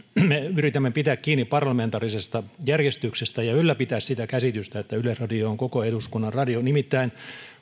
me yritämme pitää kiinni parlamentaarisesta järjestyksestä ja ylläpitää sitä käsitystä että yleisradio on koko eduskunnan radio nimittäin